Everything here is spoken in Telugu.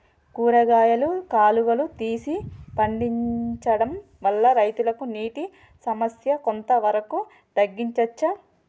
కూరగాయలు కాలువలు తీసి పండించడం వల్ల రైతులకు నీటి సమస్య కొంత వరకు తగ్గించచ్చా?